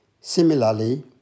Similarly